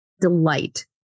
delight